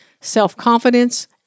self-confidence